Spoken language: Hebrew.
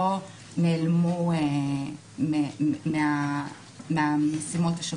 לא נעלמו מהמשימות השוטפות.